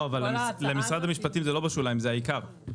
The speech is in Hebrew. אבל למשרד המשפטים זה לא בשוליים, זה העיקר.